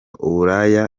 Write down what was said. uburaya